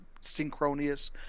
synchronous